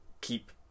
keep